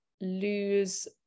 lose